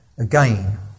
again